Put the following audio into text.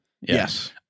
Yes